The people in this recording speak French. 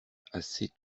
assez